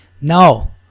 No